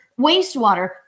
wastewater